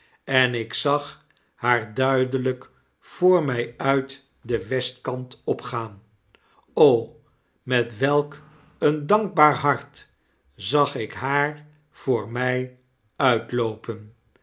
en ik zag haar duidelyk voor mij uit den westkant opgaan met welk een dankbaar hart zag ik haar voor mii uitloopen